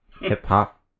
hip-hop